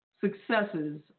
successes